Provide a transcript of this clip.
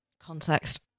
context